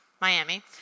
Miami